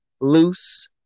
loose